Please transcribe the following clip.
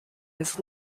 his